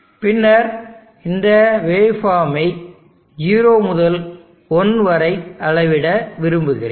பின்னர் இந்த வேவ் ஃபார்மை 0 முதல் 1 வரை அளவிட விரும்புகிறேன்